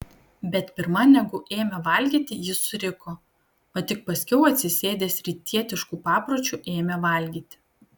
bet pirma negu ėmė valgyti jis suriko o tik paskiau atsisėdęs rytietišku papročiu ėmė valgyti